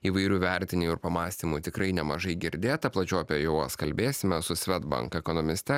įvairių vertinimų ir pamąstymų tikrai nemažai girdėta plačiau apie juos kalbėsime su swedbank ekonomiste